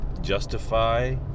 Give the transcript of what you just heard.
justify